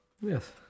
Yes